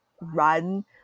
run